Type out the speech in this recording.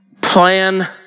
plan